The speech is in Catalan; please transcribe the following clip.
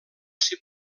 ser